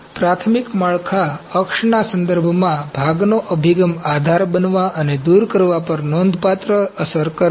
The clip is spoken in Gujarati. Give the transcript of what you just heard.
પ્રાથમિક માળખા અક્ષના સંદર્ભમાં ભાગનો અભિગમ આધાર બનવા અને દૂર કરવા પર નોંધપાત્ર અસર કરે છે